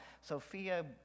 Sophia